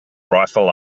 rifle